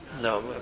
no